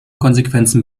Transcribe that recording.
konsequenzen